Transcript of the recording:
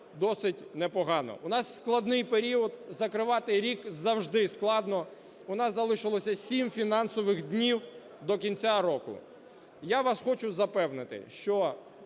досить непогано. У нас складний період. Закривати рік завжди складно. У нас залишилося 7 фінансових днів до кінця року. Я вас хочу запевнити, що